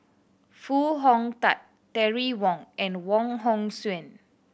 Foo Hong Tatt Terry Wong and Wong Hong Suen